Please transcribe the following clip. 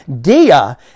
Dia